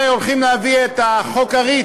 אתם הרי הולכים להביא את חוק הריט,